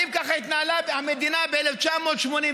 האם ככה התנהלה המדינה ב-1989?